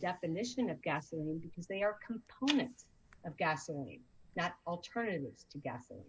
definition of gasoline because they are components of gasoline not alternatives to g